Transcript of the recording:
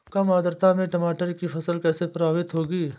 कम आर्द्रता में टमाटर की फसल कैसे प्रभावित होगी?